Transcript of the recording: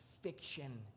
fiction